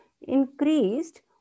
increased